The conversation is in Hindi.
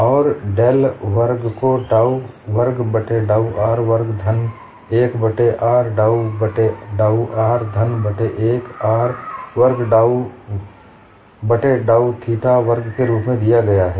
और डेल वर्ग को डाउ वर्ग बट्टे डाउ r वर्ग धन 1 बट्टे r डाउ बट्टे डाउ r धन 1 बट्टे r वर्ग डाउ वर्ग बट्टे डाउ थीटा वर्ग के रूप में दिया गया है